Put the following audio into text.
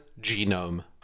genome